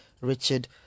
Richard